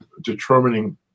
determining